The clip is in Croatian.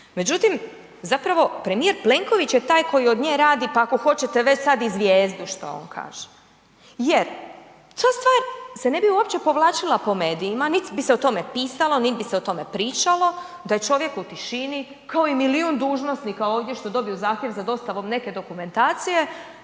Međutim, zapravo premijer Plenković je taj koji od nje radi pa ako hoćete već sad i zvijezdu što on kaže. Jer ta stvar se ne bi uopće povlačila po medijima, niti bi se o tome pisalo, nit bi se o tome pričalo da je čovjek u tišini, kao i milion dužnosnika ovdje što dobiju zahtjev za dostavom neke dokumentacije,